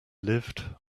lived